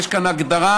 ויש כאן הגדרה,